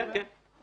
כן.